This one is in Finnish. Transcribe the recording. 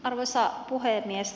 arvoisa puhemies